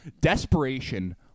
Desperation